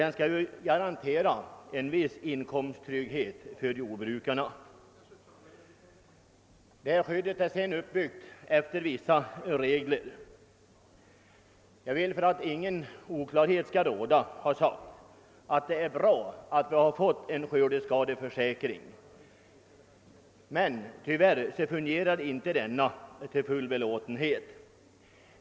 Det skall ge en viss inkomsttrygghet för jordbrukarna. Skördeskadeskyddet utgår efter vissa regler, och jag vill för att ingen oklarhet skall råda ha sagt att det är bra att vi har fått en skördeskadeförsäkring. Men tyvärr fungerar den inte till full belåtenhet.